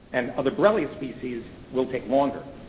and other borrelia species, will take longer.